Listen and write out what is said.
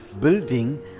building